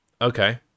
Okay